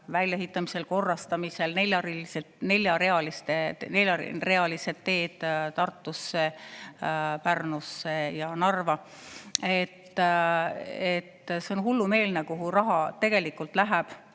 väljaehitamisel, korrastamisel: neljarealised teed Tartusse, Pärnusse ja Narva. See on hullumeelne, kuhu raha tegelikult läheb,